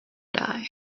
die